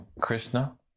Krishna